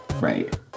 Right